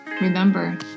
Remember